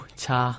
cha